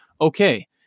okay